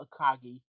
Akagi